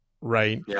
right